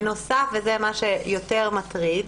בנוסף וזה מה שיותר מטריד,